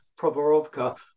Provorovka